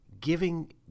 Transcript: giving